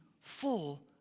full